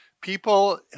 people